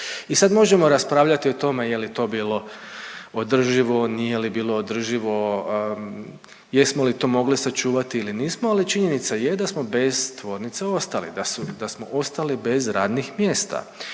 I sad možemo raspravljati o tome je li to bilo održivo, nije li bilo održivo, jesmo li to mogli sačuvati ili nismo. Ali činjenica je da smo bez tvornice ostali, da smo ostali bez radnih mjesta.